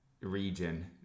region